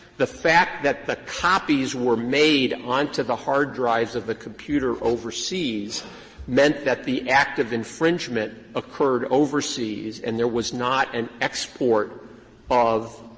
the fact that copies were made onto the hard drives of the computer overseas meant that the act of infringement occurred overseas and there was not an export of